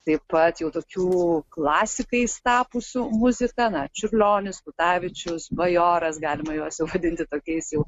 taip pat jau tokių klasikais tapusių muzika na čiurlionis kutavičius bajoras galima juos jau vadinti tokiais jau